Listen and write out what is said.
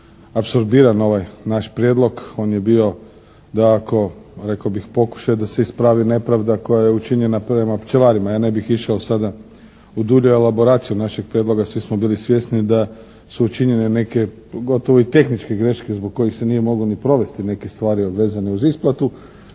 apsorbiran ovaj naš prijedlog. On je bio dakako rekao bih pokušaj da se ispravi nepravda koja je učinjena prema pčelarima. Ja ne bih išao sada u dulje elaboracije našeg prijedloga. Svi smo bili svjesni da su učinjene neke gotovo i tehničke greške zbog kojih se nije moglo ni provesti neke strane vezane uz isplatu.